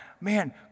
man